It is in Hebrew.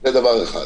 זה דבר אחד.